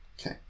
Okay